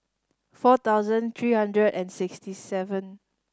four thousand three hundred and sixty seven